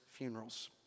Funerals